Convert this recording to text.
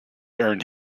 earned